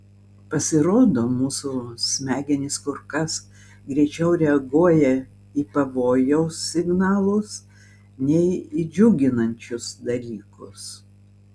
pasirodo mūsų smegenys kur kas greičiau reaguoja į pavojaus signalus nei į džiuginančius dalykus